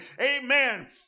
Amen